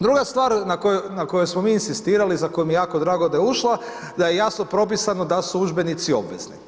Druga stvar na kojoj smo mi inzistirali za koju mi je jako drago da je ušla, da je jasno propisano da su udžbenici obvezni.